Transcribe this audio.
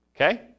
Okay